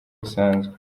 busanzwe